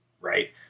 Right